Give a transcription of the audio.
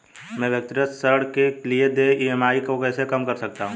मैं व्यक्तिगत ऋण के लिए देय ई.एम.आई को कैसे कम कर सकता हूँ?